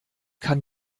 kann